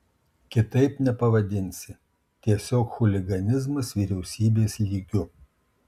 kitaip nepavadinsi tiesiog chuliganizmas vyriausybės lygiu